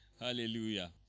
Hallelujah